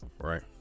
right